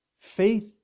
Faith